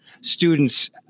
students